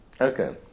okay